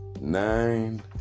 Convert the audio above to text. nine